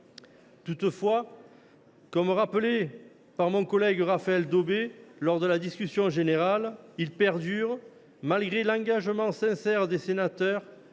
Toutefois, comme l’a rappelé mon collègue Raphaël Daubet lors de la discussion générale, le risque perdure, malgré l’engagement sincère des sénateurs,